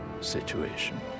Situation